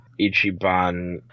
Ichiban